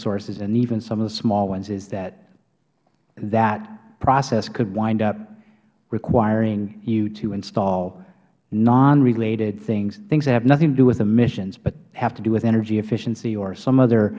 sources and even some of the small ones is that that process could wind up requiring you to install non related things things that have nothing to do with emissions but have to do with energy efficiency or some other